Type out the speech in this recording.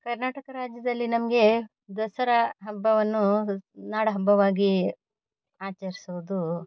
ಕರ್ನಾಟಕ ರಾಜ್ಯದಲ್ಲಿ ನಮಗೆ ದಸರಾ ಹಬ್ಬವನ್ನು ನಾಡ ಹಬ್ಬವಾಗಿ ಆಚರಿಸೋದು